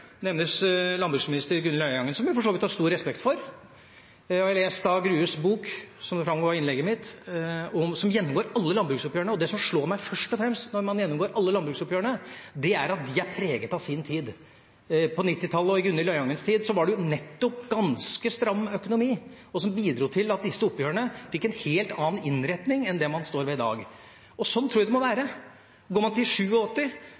nevnes landbruksminister Gunhild Øyangen, som jeg for så vidt har stor respekt for. Som det framgår av innlegget mitt, har jeg lest Grues bok, som gjennomgår alle landbruksoppgjørene. Det som først og fremst slår meg, når man gjennomgår alle landbruksoppgjørene, er at de er preget av sin tid. På 1990-tallet og i Gunhild Øyangens tid var det ganske stram økonomi, som bidro til at disse oppgjørene fikk en helt annen innretning enn det man står ved i dag. Slik tror jeg det må være. Går man til